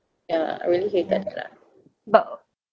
ya I really hated that lah but